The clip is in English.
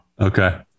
Okay